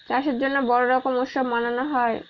চাষের জন্য বড়ো রকম উৎসব মানানো হয়